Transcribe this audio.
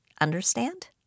Understand